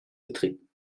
betreten